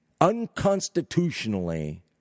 unconstitutionally